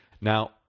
Now